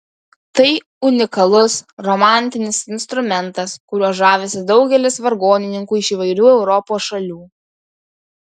tai unikalus romantinis instrumentas kuriuo žavisi daugelis vargonininkų iš įvairių europos šalių